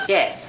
Yes